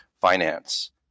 finance